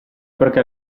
perché